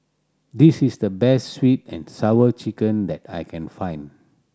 this is the best Sweet And Sour Chicken that I can find